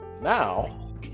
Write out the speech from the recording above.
now